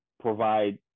provide